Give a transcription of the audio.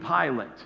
Pilate